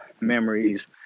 memories